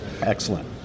Excellent